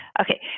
Okay